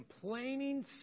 complaining